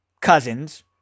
Cousins